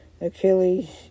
Achilles